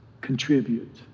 contribute